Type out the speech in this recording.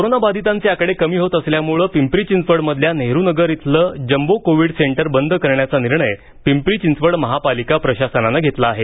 कोरोनावाधितांचे आकडे कमी होत असल्यानं पिंपरी चिंचवडमधल्या नेहरूनगर इथलं जंबो कोविड सेंटर बंद करण्याचा निर्णय पिंपरी चिंचवड महापालिका प्रशासनानं घेतला आहे